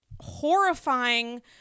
horrifying